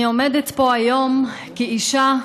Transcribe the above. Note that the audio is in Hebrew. אני עומדת פה היום כאישה,